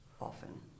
Often